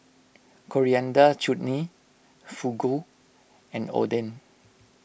Coriander Chutney Fugu and Oden